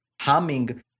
humming